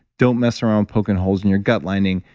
don't mess around poking holes in your gut lining,